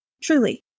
truly